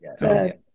Yes